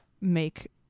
make